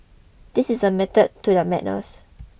this is a method to their madness